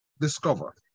discover